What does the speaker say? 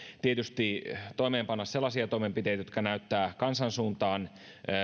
toimeenpanna sellaisia toimenpiteitä jotka näyttävät kansan suuntaan